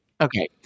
okay